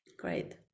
Great